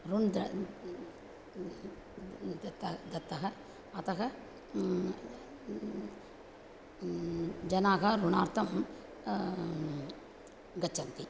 ऋणधनं दत्तः दत्तः अतः जनाः ऋणार्थं गच्छन्ति